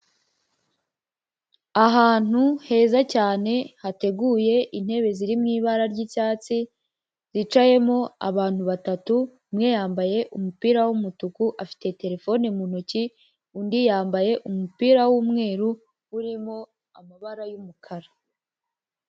Ahantu heza cyane hateguye intebe ziri mu ibara ry'icyatsi yicayemo abantu batatu umwe yambaye umupira w'umutuku afite terefone mu ntoki undi yambaye umupira w'umweru urimo amabara y'umukara.